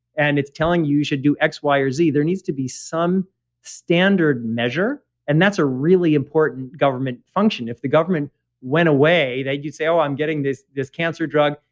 and it's telling you should do x, y or z, there needs to be some standard measure. and that's a really important government function. if the government went away, then you'd say oh, i'm getting this this cancer drug.